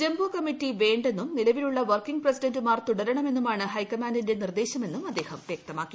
jumbo committee വേണ്ടെന്നും നിലവിലുള്ള working പ്രസിഡന്റുമാർ തുട്ടിരുണമെന്നുമാണ് ഹൈക്കമാൻഡിന്റെ നിർദേശമെന്നും അദ്ദേഹം വ്യക്തമാക്കി